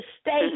stay